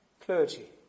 clergy